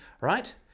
right